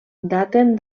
daten